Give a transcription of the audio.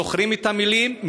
זוכרים את המילים,